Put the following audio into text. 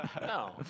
No